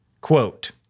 Quote